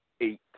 eight